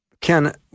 Ken